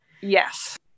Yes